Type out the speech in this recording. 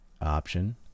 option